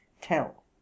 tell